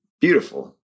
beautiful